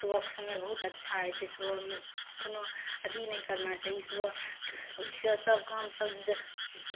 सुबहके समय बहुत अच्छा होइ छै सुबहमे कोनो अथी नहि करना चाही सुबह उठि कऽ सभ काम सभ ज्